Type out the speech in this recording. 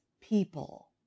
people